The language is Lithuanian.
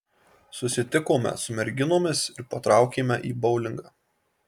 susitikome su merginomis ir patraukėme į boulingą